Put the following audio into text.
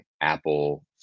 Apple